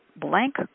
blank